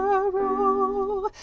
o!